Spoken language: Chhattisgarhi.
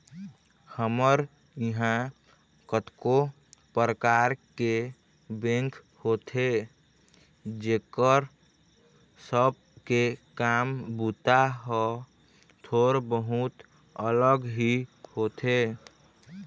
हमर इहाँ कतको परकार के बेंक होथे जेखर सब के काम बूता ह थोर बहुत अलग ही होथे